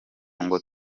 ngo